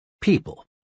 people